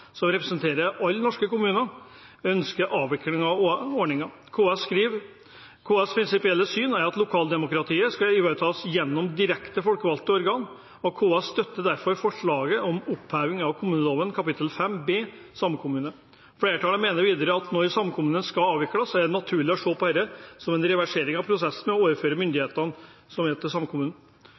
representerer alle norske kommuner, ønsker å avvikle ordningen. KS skriver: «KS’ prinsipielle syn er at lokaldemokratiet skal ivaretas gjennom direkte folkevalgte organer. KS støtter derfor forslaget om oppheving av kommuneloven kapittel 5 B – Samkommune.» Flertallet mener videre at når en samkommune skal avvikles, er det naturlig å se på dette som en reversering av prosessen med å overføre myndighet til samkommunen. Myndighet og ansvar blir lagt tilbake til